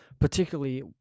particularly